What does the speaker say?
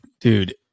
Dude